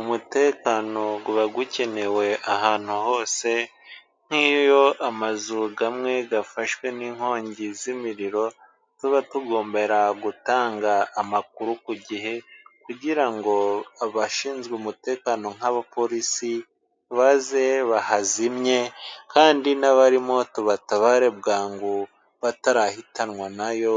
Umutekano uba ukenewe ahantu hose, nk'iyo amazu afashwe n'inkongi z'imiriro, tuba tugomba gutanga amakuru ku gihe, kugira ngo abashinzwe umutekano nk'abapolisi baze bahazimye, kandi n'abarimo tubatabare bwangu batarahitanwa nayo,